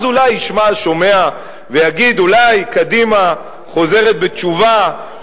אז אולי ישמע השומע ויגיד: אולי קדימה חוזרת בתשובה,